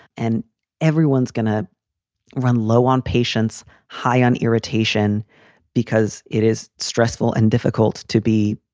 and everyone's going to run low on patients, high on irritation because it is stressful and difficult to be,